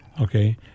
Okay